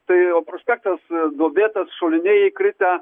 tai o prospektas duobėtas šuliniai įkritę